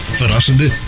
verrassende